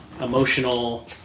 emotional